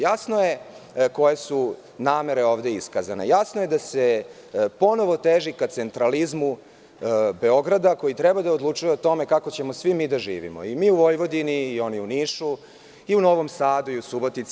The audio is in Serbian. Jasno je koje su namere ovde iskazane, jasno je da se ponovo teži ka centralizmu Beograda koji treba da odlučuje o tome kako ćemo svi mi da živimo i mi u Vojvodini, oni u Nišu i u Novom Sadu, u Subotici.